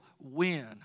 win